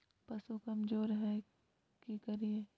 पशु कमज़ोर है कि करिये?